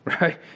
right